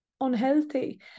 unhealthy